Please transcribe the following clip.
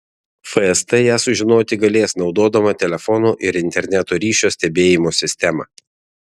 fst ją sužinoti galės naudodama telefonų ir interneto ryšio stebėjimo sistemą